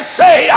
say